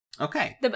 Okay